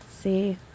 See